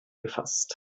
gefasst